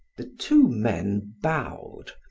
the two men bowed,